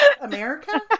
America